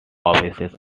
offices